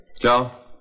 Joe